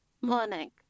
Morning